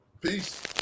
Peace